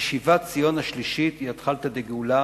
כי "שיבת ציון השלישית" היא "אתחלתא דגאולה",